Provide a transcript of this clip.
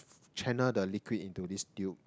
channel the liquid into this tube